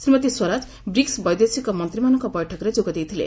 Shrimati Swaraj BRICS ବୈଦେଶିକ ମନ୍ତ୍ରୀମାନଙ୍କ ବୈଠକରେ ଯୋଗ ଦେଇଥିଲେ